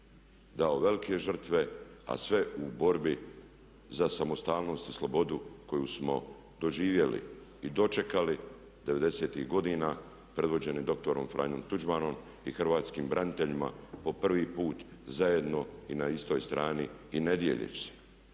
dao velike žrtve, a sve u borbi za samostalnost i slobodu koju smo doživjeli i dočekali devedesetih godina predvođeni doktorom Franjom Tuđmanom i hrvatskim braniteljima po prvi put zajedno i na istoj strani i ne dijeljeći